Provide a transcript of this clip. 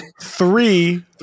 Three